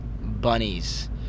bunnies